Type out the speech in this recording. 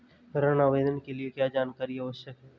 ऋण आवेदन के लिए क्या जानकारी आवश्यक है?